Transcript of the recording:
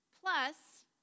Plus